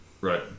right